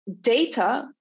data